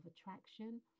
attraction